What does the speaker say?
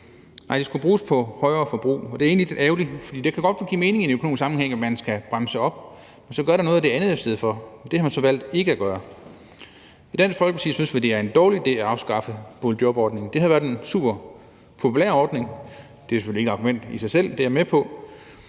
Nej, det skal bruges på højere forbrug, og det er egentlig ærgerligt. For det kan godt give mening i sådan økonomisk sammenhæng, at man skal bremse op, men så gør da noget af det andet i stedet for. Det har man så valgte ikke at gøre. I Dansk Folkeparti synes vi, det er en dårlig idé at afskaffe boligjobordningen. Det har været en superpopulær ordning. Det er selvfølgelig ikke et argument i sig selv, det er jeg med på,